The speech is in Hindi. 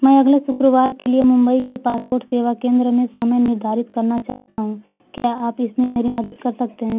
मैं अगले शुक्रवार के लिए मुंबई के पासपोर्ट सेवा केंद्र में समय निर्धारित करना चाहता हूँ क्या आप इसमें मेरी मदद कर सकते हैं